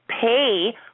pay